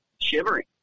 shivering